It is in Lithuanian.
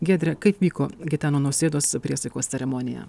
giedre kaip vyko gitano nausėdos priesaikos ceremonija